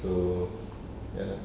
so ya lah